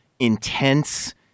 intense